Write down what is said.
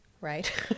right